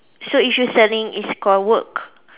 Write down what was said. so if you selling is called work